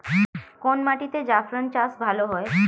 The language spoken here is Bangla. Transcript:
কোন মাটিতে জাফরান চাষ ভালো হয়?